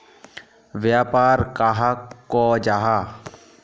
व्यापार कहाक को जाहा?